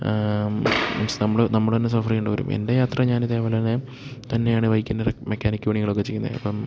means നമ്മള് നമ്മള് തന്നെ സഫർ ചെയ്യണ്ട വരും എൻ്റെ യാത്ര ഞാനിതേപോലെന്നെ തന്നെയാണ് ബൈക്കൻ്റെ മെക്കാനിക് പണികളൊക്കെ ചെയ്യുന്നേ അപ്പം